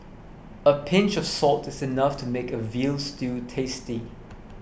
a pinch of salt is enough to make a Veal Stew tasty